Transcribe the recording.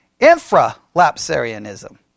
Infralapsarianism